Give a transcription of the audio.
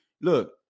look